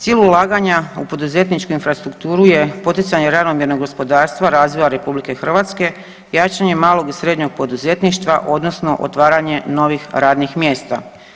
Cilj ulaganja u poduzetničku infrastrukturu je poticanje ravnomjernog gospodarstva, razvoja Republike Hrvatske, jačanje malog i srednjeg poduzetništva odnosno otvaranje novih radnih mjesta.